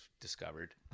discovered